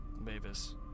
Mavis